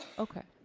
okay.